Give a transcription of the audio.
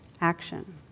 action